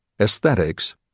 aesthetics